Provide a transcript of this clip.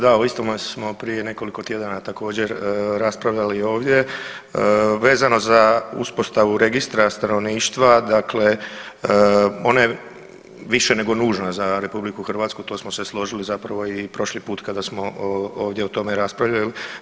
Da, o istome smo isto nekoliko tjedana također raspravljali ovdje vezano za uspostavu registra stanovništva, dakle ona je više nego nužna za Republiku Hrvatsku, to smo se složili zapravo i prošli put kada smo ovdje o tome raspravljali.